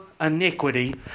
iniquity